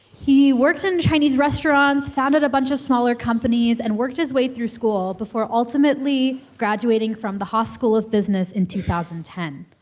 he worked in chinese restaurants, founded a bunch of smaller companies, and worked his way through school before, ultimately, graduating from the haas school of business in two thousand and ten.